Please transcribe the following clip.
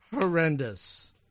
horrendous